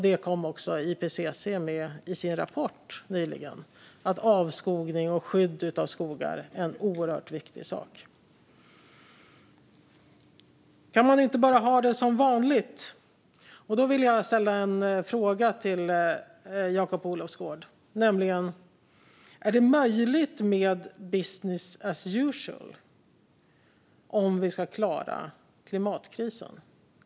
Det kom också IPCC med i sin rapport nyligen, alltså att skydd av skogar mot avskogning är en oerhört viktig sak. Kan man inte bara ha det som vanligt? Jag vill fråga Jakob Olofsgård: Är det möjligt med business as usual om vi ska klara klimatkrisen?